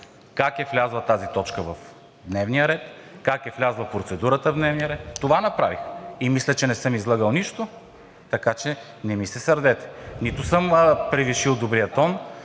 как е влязла тази точка в дневния ред, как е влязла процедурата в дневния ред. Това направих и мисля, че не съм излъгал нищо, така че не ми се сърдете. Нито съм превишил добрия тон,